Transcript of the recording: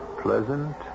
pleasant